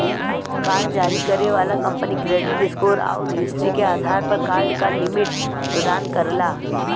card जारी करे वाला कंपनी क्रेडिट स्कोर आउर हिस्ट्री के आधार पर कार्ड क लिमिट प्रदान करला